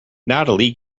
natalie